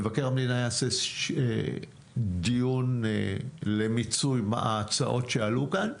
מבקר המדינה יעשה דיון למיצוי ההצעות שעלו כאן.